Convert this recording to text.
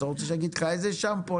אתה רוצה שנגיד לך איזה שמפו?